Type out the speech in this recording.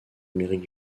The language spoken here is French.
amérique